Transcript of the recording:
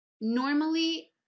Normally